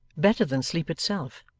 better than sleep itself,